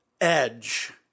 edge